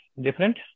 Different